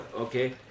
Okay